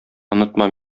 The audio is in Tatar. онытма